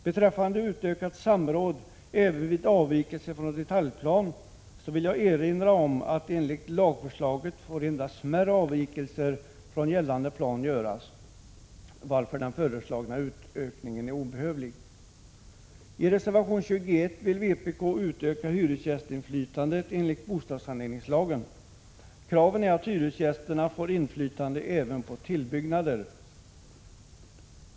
Beträffande utökat samråd även vid avvikelse från detaljplan vill jag erinra om att enligt lagförslaget endast smärre avvikelser från gällande plan får göras, varför den föreslagna utökningen är obehövlig. I reservation 21 vill vpk öka hyresgästinflytandet enligt bostadssaneringslagen. Kravet är att hyresgästerna får inflytande även på tillbyggnader.